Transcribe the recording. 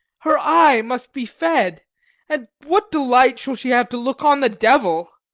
her eye must be fed and what delight shall she have to look on the devil?